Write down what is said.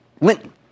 Linton